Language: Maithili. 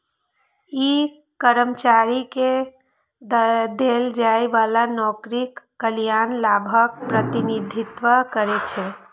ई कर्मचारी कें देल जाइ बला नौकरीक कल्याण लाभक प्रतिनिधित्व करै छै